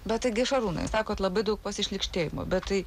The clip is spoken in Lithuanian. bet taigi šarūnai sakot labai daug pasišlykštėjimo bet tai